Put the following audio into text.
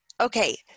Okay